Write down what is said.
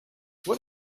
what